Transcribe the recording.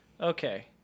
okay